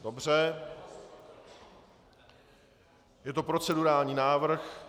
Dobře, je to procedurální návrh.